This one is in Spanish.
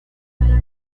sala